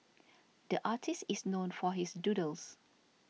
the artist is known for his doodles